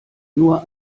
nur